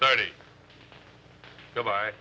thirty go by